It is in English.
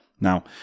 Now